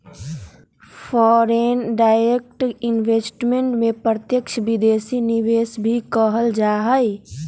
foreign direct investment के प्रत्यक्ष विदेशी निवेश भी कहल जा हई